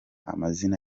amazina